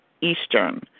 Eastern